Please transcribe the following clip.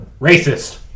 Racist